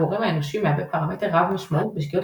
הגורם האנושי מהווה פרמטר רב משמעות בשגיאות